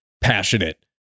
passionate